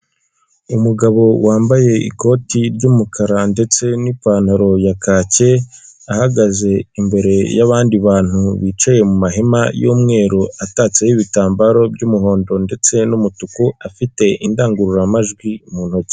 Umugabo wambaye ikoti ry'umukara ndetse n'ipantaro ya kake ahagaze imbere y'abandi bantu bicaye mu mahema y'umweru atatseho ibitambaro by'umuhondo ndetse n'umutuku afite indangururamajwi mu ntoki.